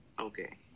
Okay